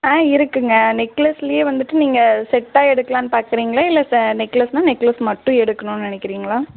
ஆ இருக்குதுங்க நெக்லஸ்லேயே வந்துட்டு நீங்கள் செட்டாக எடுக்கலாம்னு பார்க்குறீங்களா இல்லை ச நெக்லஸ்னால் நெக்லஸ் மட்டும் எடுக்கணும் நினைக்கிறிங்களா